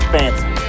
Fancy